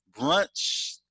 brunch